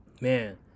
man